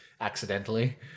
Accidentally